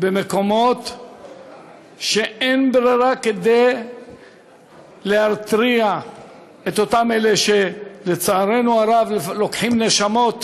במקומות שאין ברירה כדי להרתיע את אום אלה שלצערנו הרב לוקחים נשמות